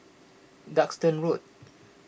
Duxton Road